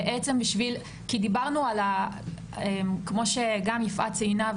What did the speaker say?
כמו שיפעת ציינה,